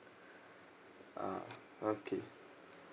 ah okay